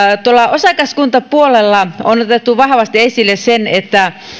osakaskuntapuolella on otettu vahvasti esille se että